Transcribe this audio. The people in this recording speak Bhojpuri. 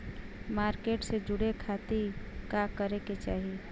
मार्केट से जुड़े खाती का करे के चाही?